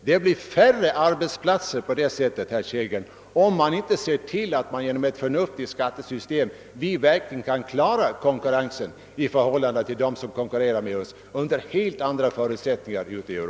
Det blir färre arbetsplatser, herr Kellgren, om vi inte ser till att genom ett förnuftigt skattesystem kunna klara oss i konkurrensen med andra länder ute i Europa, som konkurrerar med oss under helt andra förutsättningar.